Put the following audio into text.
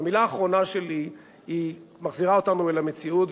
והמלה האחרונה שלי מחזירה אותנו אל המציאות,